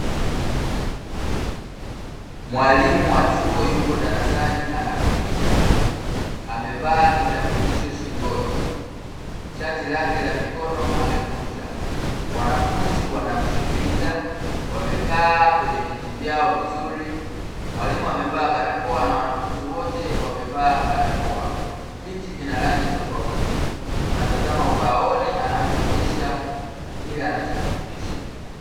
Mwalimu wa chuo yupo darasani anafundisha, amevaa kitambulisho shingoni, shati lake la mikono amekunja, wanafunzi wanamsikiliza, wamekaa kwenye viti vyao vizuri, mwalimu amevaa barakoa na wanafunzi wote wamevaa barakoa. Viti vina rangi tofauti, wanatazama ubaoni anapoonyesha kile anachokifundisha.